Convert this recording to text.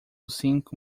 cinco